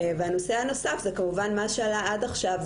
והנושא הנוסף זה כמובן מה שעלה עד עכשיו,